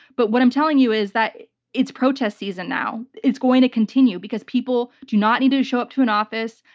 but what i'm telling you is that it's protest season now. it's going to continue because people do not need to show up to an office.